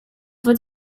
fod